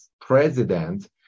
president